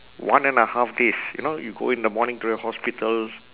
one and a half days you know you go in the morning to the hospital